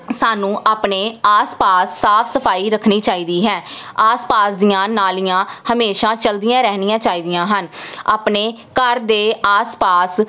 ਸਾਨੂੰ ਆਪਣੇ ਆਸ ਪਾਸ ਸਾਫ਼ ਸਫਾਈ ਰੱਖਣੀ ਚਾਹੀਦੀ ਹੈ ਆਸ ਪਾਸ ਦੀਆਂ ਨਾਲੀਆਂ ਹਮੇਸ਼ਾ ਚੱਲਦੀਆਂ ਰਹਿਣੀਆਂ ਚਾਹੀਦੀਆਂ ਹਨ ਆਪਣੇ ਘਰ ਦੇ ਆਸ ਪਾਸ